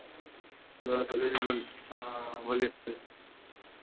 hello हाँ बोलिए जी